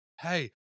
Hey